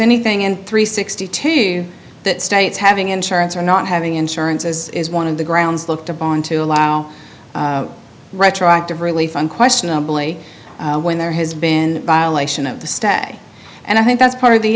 anything in three sixty two that states having insurance or not having insurance is one of the grounds looked upon to allow retroactive relief unquestionably when there has been violation of the stay and i think that's part of the